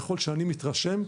ככל שאני מתרשם,